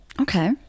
Okay